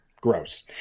Gross